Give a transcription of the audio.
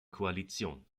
koalition